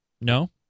No